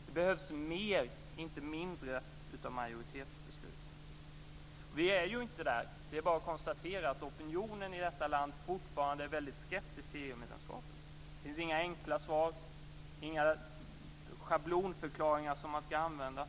Det behövs mer, inte mindre, av majoritetsbeslut. Vi är ju inte där. Det är bara att konstatera att opinionen i detta land fortfarande är väldigt skeptisk till EU-medlemskapet. Det finns inga enkla svar, inga schablonförklaringar att använda.